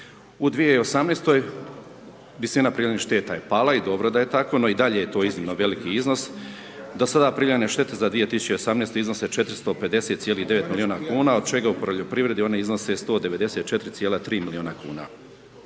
U 2018. visina prijavljenih šteta, je pala i dobro da je tako, no i dalje je to iznimno veliki iznos. Do sada prijavljene štete za 2018. iznose 450,9 milijuna kuna, od čega u poljoprivredi one iznose 194,3 milijuna kuna.